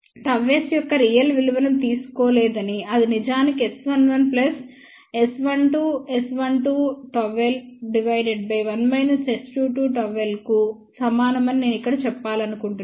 ΓS యొక్క రియల్ విలువను తీసుకోలేదని అది నిజానికి S11 S12S12ΓL 1 S22ΓL కు సమానమని నేను ఇక్కడ చెప్పాలనుకుంటున్నాను